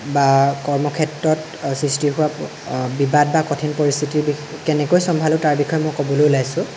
বা কৰ্ম ক্ষেত্ৰত সৃষ্টি হোৱা বিবাদ বা কঠিন পৰিস্থিতি কেনেকৈ চম্ভালোঁ তাৰ বিষয়ে মই ক'বলৈ ওলাইছোঁ